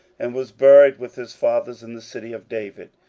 and was buried with his fathers in the city of david.